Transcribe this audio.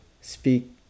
speak